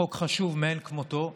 זה חוק חשוב מאין כמותו,